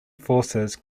forces